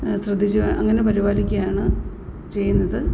ശ്രദ്ധിച്ചു അങ്ങനെ പരിപാലിക്കുകയാണ് ചെയ്യുന്നത്